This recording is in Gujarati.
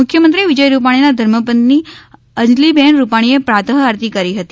મુખ્યમંત્રી વિજય રૂપાણીના ધર્મપત્ની અંજલીબેન રૂપાણીએ પ્રાત આરતી કરી હતી